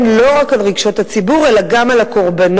לא רק על רגשות הציבור אלא גם על הקורבנות.